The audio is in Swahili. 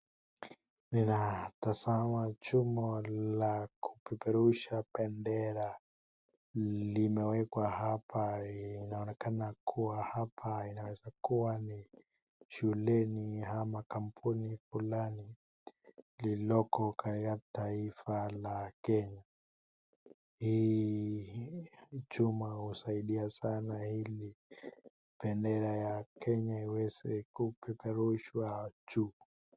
Ninatasama chuma la kupeperusha bendera limewekwa hapa. Linaonekana kuwa hapa inaweza kuwa ni shuleni ama kambuni fulani ilioko taifa la Kenya hii chuma husaidia sana ili bendera ya Kenya iweze kupeperushwa juu.